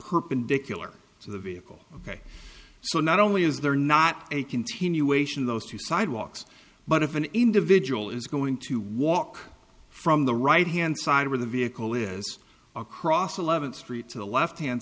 perpendicular to the vehicle ok so not only is there not a continuation of those two sidewalks but if an individual is going to walk from the right hand side or the vehicle is across eleventh street to the left hand